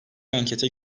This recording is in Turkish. ankete